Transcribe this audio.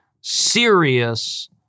serious